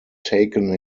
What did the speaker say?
taken